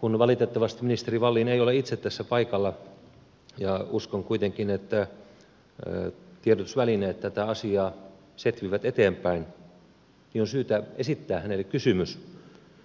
kun ministeri wallin ei ole valitettavasti itse tässä paikalla ja uskon kuitenkin että tiedotusvälineet tätä asiaa setvivät eteenpäin niin on syytä esittää hänelle kysymys